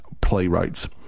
playwrights